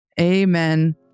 Amen